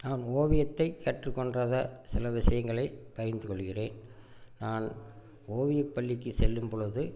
நான் ஓவியத்தை கற்றுக்கொன்றதை சில விஷயங்களை பகிர்ந்துகொள்கிறேன் நான் ஓவிய பள்ளிக்கு செல்லும்பொழுது